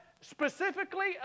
specifically